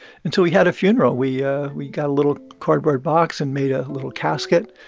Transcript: and so we had a funeral. we ah we got a little cardboard box and made a little casket.